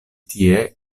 tie